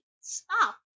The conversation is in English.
Stop